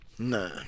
Nah